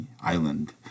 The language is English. island